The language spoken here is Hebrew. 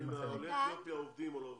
לא שאלתי אם עולי אתיופיה עובדים או לא עובדים,